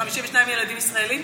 52 ילדים ישראלים?